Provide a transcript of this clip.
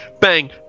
bang